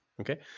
Okay